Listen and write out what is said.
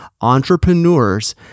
Entrepreneurs